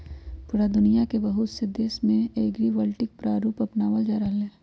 पूरा दुनिया के बहुत से देश में एग्रिवोल्टिक प्रारूप अपनावल जा रहले है